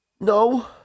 No